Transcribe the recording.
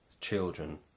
children